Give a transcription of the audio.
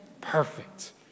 Perfect